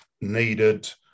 needed